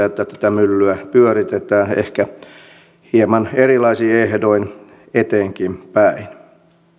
että tätä myllyä pyöritetään ehkä hieman erilaisin ehdoin eteenkinpäin